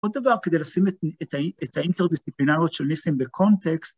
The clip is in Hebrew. עוד דבר כדי לשים את האינטרדיסציפלינריות של ניסים בקונטקסט